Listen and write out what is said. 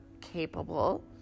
capable